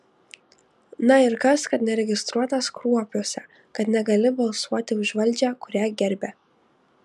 na ir kas kad neregistruotas kruopiuose kad negali balsuoti už valdžią kurią gerbia